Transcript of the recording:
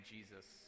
Jesus